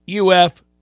UF